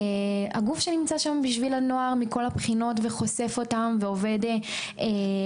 הגוף שנמצא שם בשביל הנוער מכל הבחינות וחושף אותם ועובד למענם.